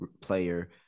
player